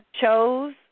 chose